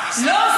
מיכאלי.